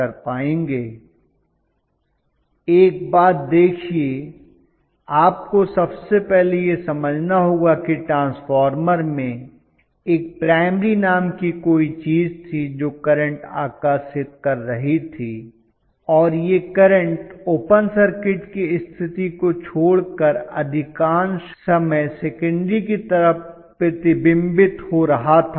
professor एक बात देखिए आपको सबसे पहले यह समझना होगा कि ट्रांसफार्मर में एक प्राइमरी नाम की कोई चीज थी जो करंट आकर्षित कर रही थी और यह करंट ओपन सर्किट की स्थिति को छोड़कर अधिकांश समय सेकन्डेरी की तरफ प्रतिबिंबित हो रहा था